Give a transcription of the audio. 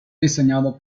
diseñado